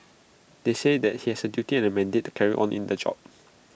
they said that he has A duty and A mandate to carry on in the job